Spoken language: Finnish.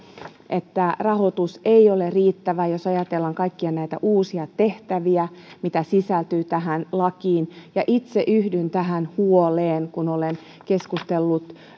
että rahoitus ei ole riittävä jos ajatellaan kaikkia näitä uusia tehtäviä mitä sisältyy tähän lakiin ja itse yhdyn tähän huoleen kun olen keskustellut